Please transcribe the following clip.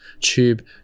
tube